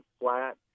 flat